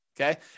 Okay